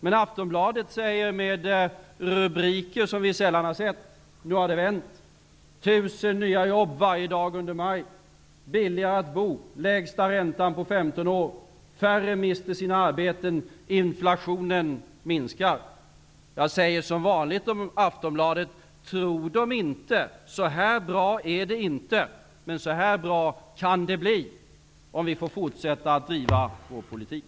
Men Aftonbladet säger, med rubriker som vi sällan sett: Nu har det vänt. 1 000 nya jobb varje dag under maj. Billigare att bo. Lägsta räntan på 15 år. Färre mister sina arbeten. Inflationen minskar. Jag säger som vanligt om Aftonbladet: Tro dem inte. Så här bra är det inte. Men så här bra kan det bli, om vi får fortsätta att driva vår politik.